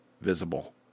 visible